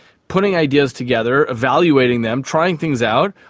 putting ideas together, evaluating them, trying things out.